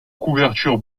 couverture